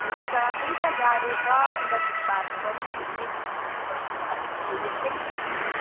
हुन्छ त्यही त जाडो छ अन्त थुक्पाहरू पनि अलिक हो जस्तै